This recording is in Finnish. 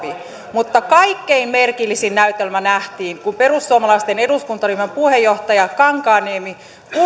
mutta kaikkein merkillisin näytelmä nähtiin kun perussuomalaisten eduskuntaryhmän puheenjohtaja kankaanniemi kulki